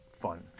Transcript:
fun